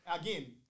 Again